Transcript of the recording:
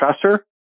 professor